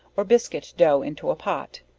or biscuit dough into a pot,